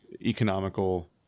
economical